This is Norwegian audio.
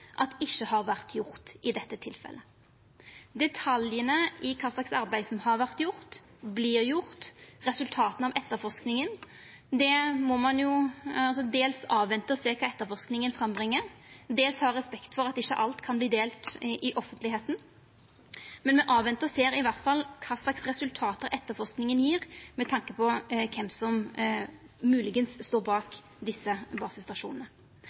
ikkje har vore gjort i dette tilfellet. Detaljane i kva for arbeid som har vore gjort, vert gjort, resultata av etterforskinga – ein må jo dels venta og sjå kva som kjem fram av etterforskinga, og dels ha respekt for at ikkje alt kan verta delt offentleg. Men me må iallfall venta og sjå kva for resultat etterforskinga gjev, med tanke på kven som eventuelt står bak desse basestasjonane.